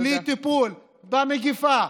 בלי טיפול במגפה,